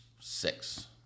six